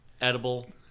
edible